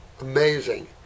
Amazing